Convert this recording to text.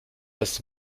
das